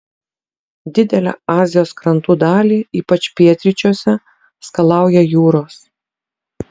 didelę azijos krantų dalį ypač pietryčiuose skalauja jūros